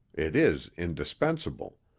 it is indispensable,